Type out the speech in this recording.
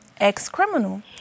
ex-criminal